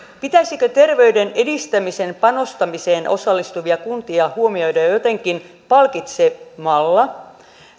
pitäisikö terveyden edistämisen panostamiseen osallistuvia kuntia huomioida jotenkin palkitsemalla